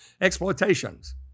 exploitations